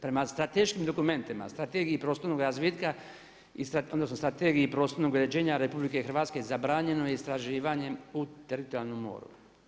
Prema strateškim dokumentima, Strategiji prostornog razvitka odnosno Strategiji prostornog uređenja RH zabranjeno je istraživanje u teritorijalnom moru.